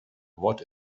what